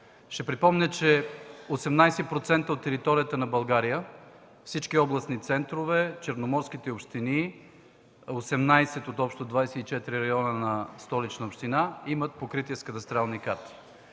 Ще припомня, че 18% от територията на България, всички областни центрове, черноморските общини, 18 от общо 24-те района на Столична община имат покритие с кадастрални карти.